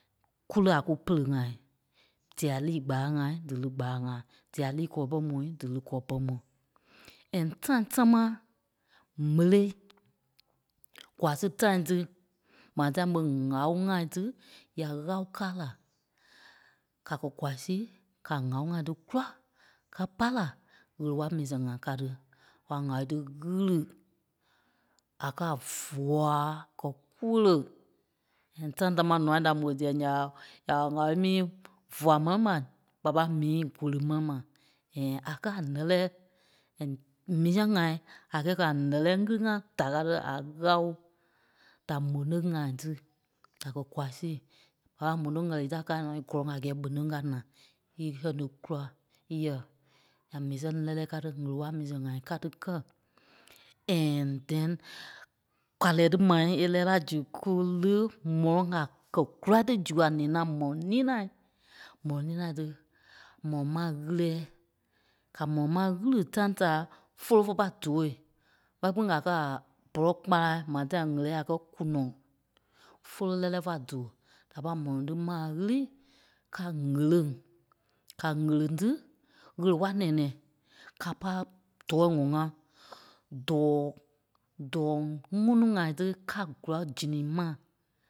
kú li a ku perei-ŋai. Dîa liî kpalaŋ-ŋa dí li kpalaŋ-ŋa, dîa liî kɔlɔi pɔrɔŋ mu dí li kɔlɔi pɔrɔŋ. And tãi támaa m̀éli gwaa si tãi tí maa tãi ɓé ŋ̀awo ŋai tí ya ŋ̀âwo káa la. Ká kɔ gwaa si ká ŋ̀áwo-ŋai tí kúla ka pai la ɣele-waa mii sɛŋ ŋai káa tí. Kwa ŋ̀awo tí ɣîlii a ka vùwaa kɛ́ kóle and tãi támaa nûa da mò díyɛɛ nya ɓa ya wa ŋâwo mii vúwaa ma mai ɓa pai mii kòle ma mai and a kɛ́ a nɛ̀lɛɛ and- mii sɛŋ-ŋai a kɛɛ kɛ́ a nɛ̀lɛɛ ŋili-ŋai da káa tí a ŋâwo da m̀ɔlɔŋ-ŋai tí da kɔ kwaa si ɓa m̀ɔno ɣɛli da káa nɔ́ ígɔ́lɔŋ a gɛɛ mɔlɔŋ káa naa í sɛŋ tí kúla ỳɛɛ ya mii sɛŋ lɛ́lɛ káa tí ɣele-wala-ŋai ká ti kɛ. And then kwa lɛɛ tí mai é lɛ́ɛ la zu kú li moloŋ a kɛ́ kúla tí zu a nina mɔ́ nina. M̀ɔlɔŋ nina ti mô maa ɣîlɛɛ ká mô maa ɣili tâi da fólo fé pâi tóo ɓeyai kpîŋ a káa ɓɔlɔ-kpala mai tãi ɣéle a kɛ́ kûnɔŋ fólo lɛ́lɛɛ fá dòo da pâi mɔlɔŋ tí maa ɣili ká ɣelêŋ. Ká ɣeléŋ tí ɣele-wala nɛ̃ɛ-nɛ̃ɛ ka pai tɔ̂ɔ ŋɔ̀ŋ-ŋa dɔ̂ɔ dɔɔ ŋ̀unuu-ŋai tí ka gula giní mai